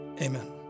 amen